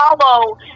follow